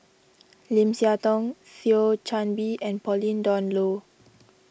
Lim Siah Tong Thio Chan Bee and Pauline Dawn Loh